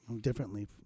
differently